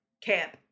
camp